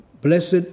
blessed